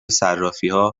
صرافیها